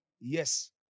Yes